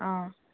অঁ